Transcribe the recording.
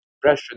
pressure